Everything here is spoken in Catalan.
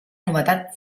novetat